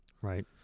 Right